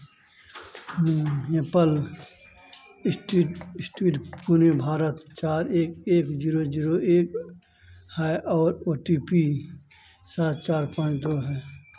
maple Street Street Pune Bharat चार एक एक जीरो जीरो एक है और ओ टी पी सात चार पाँच दो है